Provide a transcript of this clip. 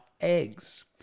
eggs